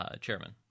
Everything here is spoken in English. chairman